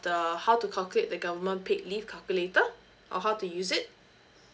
the how to calculate the government paid leave calculator or how to use it